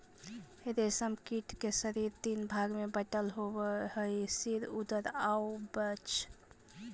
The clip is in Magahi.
रेशम कीट के शरीर तीन भाग में बटल होवऽ हइ सिर, उदर आउ वक्ष